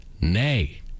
Nay